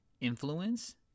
influence